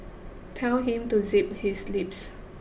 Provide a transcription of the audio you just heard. tell him to zip his lips